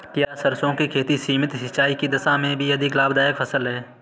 क्या सरसों की खेती सीमित सिंचाई की दशा में भी अधिक लाभदायक फसल है?